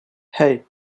hey